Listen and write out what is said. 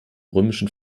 römischen